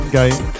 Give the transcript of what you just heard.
game